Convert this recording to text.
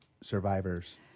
survivors